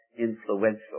influential